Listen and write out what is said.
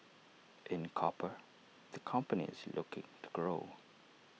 in copper the company is looking to grow